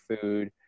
food